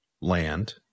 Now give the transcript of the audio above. land